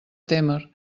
témer